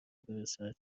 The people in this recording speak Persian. برسد